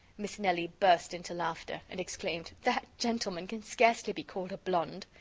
miss nelly burst into laughter, and exclaimed that gentleman can scarcely be called a blonde.